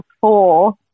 four